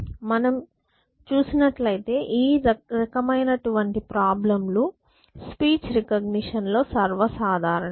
మనం చూసినట్లయితే ఈ రకమైనటువంటి ప్రాబ్లెమ్ లు స్పీచ్ రెకగ్నిషన్ లో సర్వ సాధారణం